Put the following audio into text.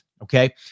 Okay